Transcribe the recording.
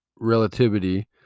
relativity